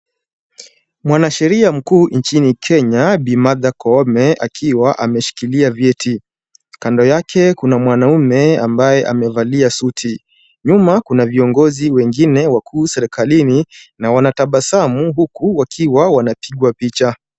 Mwanasheria mkuu nchini Kenya Bi. Martha Koome akiwa ameshikilia vyeti. Kando yake kuna mwanaume ambaye amevalia suti. Nyuma kuna viongozi wengine wakuu serikalini na wanatabasamu huku wakiwa wanapigwa picha.